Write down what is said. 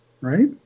right